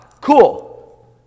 Cool